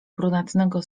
brunatnego